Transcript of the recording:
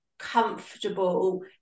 comfortable